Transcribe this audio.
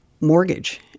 mortgage